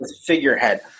figurehead